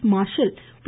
ப் marshal B